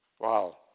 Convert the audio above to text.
wow